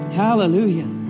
hallelujah